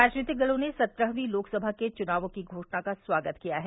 राजनीतिक दलों ने सत्रहवीं लोकसभा के चुनावों की घोषणा का स्वागत किया है